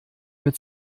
mit